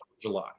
July